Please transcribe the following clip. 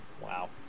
wow